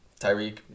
Tyreek